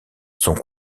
sont